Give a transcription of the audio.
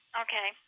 Okay